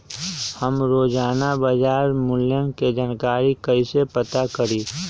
हम रोजाना बाजार मूल्य के जानकारी कईसे पता करी?